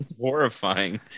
Horrifying